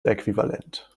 äquivalent